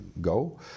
go